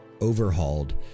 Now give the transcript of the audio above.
overhauled